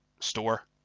store